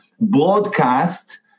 broadcast